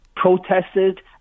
protested